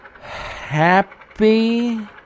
Happy